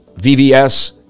vvs